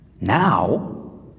Now